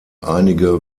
einige